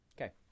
Okay